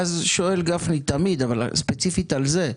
ואז שואל גפני, תמיד, אבל ספציפית על זה,